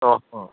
অঁ অঁ